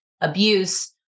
abuse